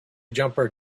jumper